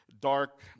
dark